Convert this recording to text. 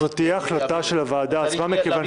זו תהיה החלטה של הוועדה עצמה מכיוון